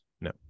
No